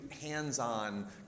hands-on